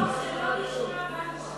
מתוך שלא לשמה בא לשמה.